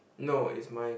no is my